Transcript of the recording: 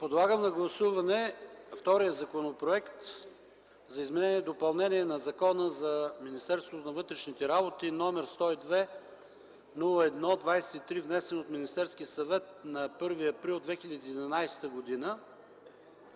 Подлагам на гласуване втория Законопроект за изменение и допълнение на Закона за МВР, № 102-01-23, внесен от Министерския съвет на 1 април 2011 г.